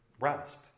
rest